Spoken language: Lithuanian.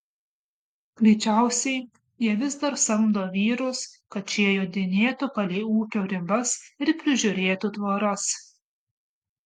greičiausiai jie vis dar samdo vyrus kad šie jodinėtų palei ūkio ribas ir prižiūrėtų tvoras